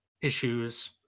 issues